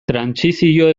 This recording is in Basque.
trantsizio